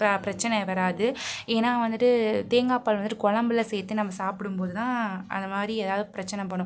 பிர பிரச்சினை வராது ஏன்னால் வந்துட்டு தேங்காய் பால் வந்துட்டு கொழம்புல சேர்த்து நம்ப சாப்பிடும் போதுதான் அது மாதிரி ஏதாவது பிரச்சினை பண்ணும்